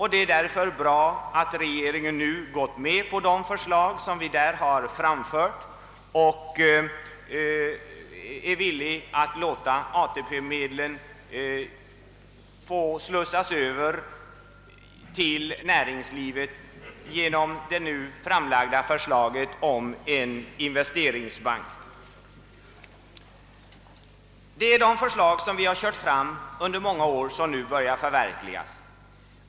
Det är bra att regeringen nu gått med på de föslag vi sålunda framfört och är villig att låta ATP-medlen slussas Över till näringslivet med hjälp av den investeringsbank som nu föreslås. Det är de förslag vi under många år har lagt fram som nu börjar förverkligas.